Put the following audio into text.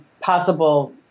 possible